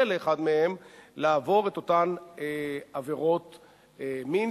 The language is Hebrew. לאחד מהם לעבור את אותן עבירות מין,